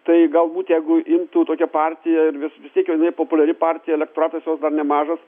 tai galbūt jeigu imtų tokia partija ir vis vis tiek jinai populiari partija procesas dar nemažas